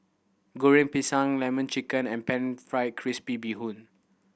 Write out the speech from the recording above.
Goreng Pisang Lemon Chicken and Pan Fried Crispy Bee Hoon